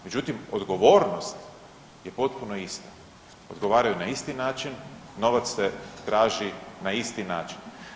Međutim, odgovornost je potpuno ista, odgovaraju na isti način, novac se traži na isti način.